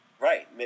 Right